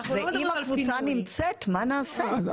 מדברים על כך שאם הקבוצה נמצאת, מה נעשה.